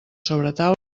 sobretaula